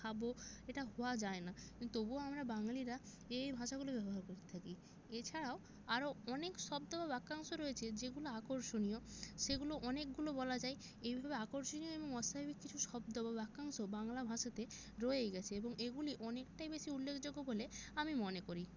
খাবো এটা হওয়া যায় না কিন্তু তবুও আমরা বাঙালিরা এই ভাষাগুলি ব্যবহার করতে থাকি এছাড়াও আরও অনেক শব্দ বা বাক্যাংশ রয়েছে যেগুলো আকর্ষণীয় সেগুলো অনেকগুলো বলা যায় এইভাবে আকর্ষণীয় এবং অস্বাভাবিক কিছু শব্দ বা বাক্যাংশ বাংলা ভাষাতে রয়েই গেছে এবং এগুলি অনেকটাই বেশি উল্লেখযোগ্য বলে আমি মনে করি